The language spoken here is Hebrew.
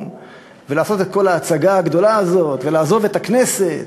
ולעשות את כל ההצגה הגדולה הזאת ולעזוב את הכנסת?